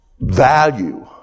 value